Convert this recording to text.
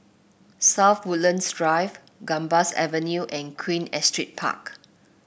South Woodlands Drive Gambas Avenue and Queen Astrid Park